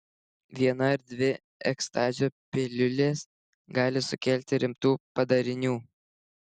viena ar dvi ekstazio piliulės gali sukelti rimtų padarinių